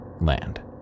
land